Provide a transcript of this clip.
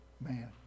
man